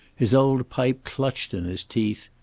his old pipe clutched in his teeth.